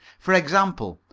for example,